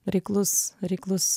reiklus reiklus